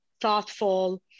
thoughtful